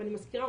ואני מזכירה,